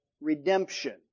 redemption